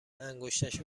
انگشتش